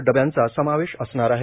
डब्यांचा समावेश असणार आहे